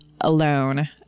alone